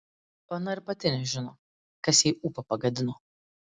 ona ir pati nežino kas jai ūpą pagadino